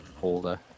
holder